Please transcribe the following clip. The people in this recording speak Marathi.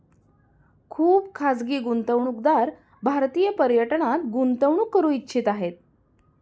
खुप खाजगी गुंतवणूकदार भारतीय पर्यटनात गुंतवणूक करू इच्छित आहे